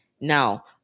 Now